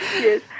yes